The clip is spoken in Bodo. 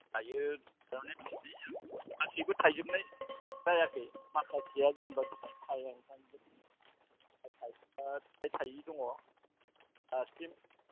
दायो थारमाने बेयाव गासैबो थायजोबनाय जायाखै माखासेया जेनेबा फिथाइ थायो आरो खायफाया फिथाइ थायि दङ दासिम